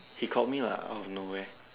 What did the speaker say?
he called me lah out of nowhere